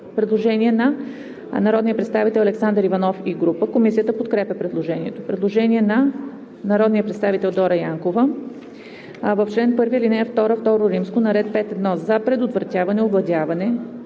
Предложение на народния представител Александър Иванов и група. Комисията подкрепя предложението. Предложение на народния представител Дора Илиева Янкова: „В чл. 1, ал. 2, II на ред 5.1. за предотвратяване, овладяване